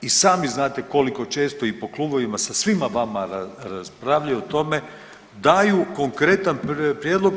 I sami znate koliko često i po klubovima sa svima vama raspravljaju o tome, daju konkretan prijedlog.